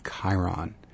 Chiron